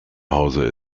hause